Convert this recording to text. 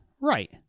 right